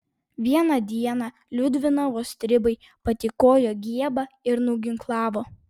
vieną dieną liudvinavo stribai patykojo giebą ir nuginklavo